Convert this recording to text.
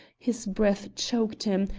his breath choked him,